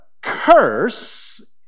curse